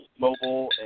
mobile